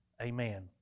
Amen